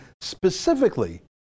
specifically